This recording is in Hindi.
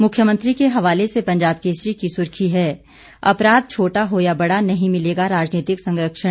मुख्यमंत्री के हवाले से पंजाब केसरी की सुर्खी है अपराघ छोटा हो या बड़ा नहीं मिलेगा राजनीतिक संरक्षण